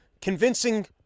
convincing